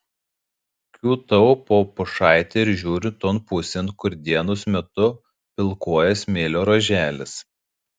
kiūtau po pušaite ir žiūriu ton pusėn kur dienos metu pilkuoja smėlio ruoželis